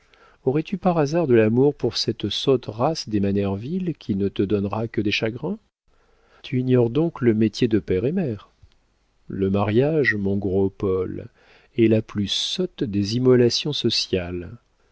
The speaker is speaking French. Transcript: aurais-tu par hasard de l'amour pour cette sotte race des manerville qui ne te donnera que des chagrins tu ignores donc le métier de père et de mère le mariage mon gros paul est la plus sotte des immolations sociales